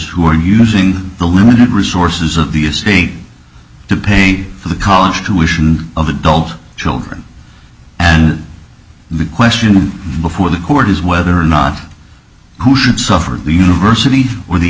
who are using the limited resources of the estate to pay for the college tuition of adult children and the question before the court is whether or not who should suffer the university or the